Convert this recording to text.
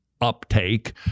uptake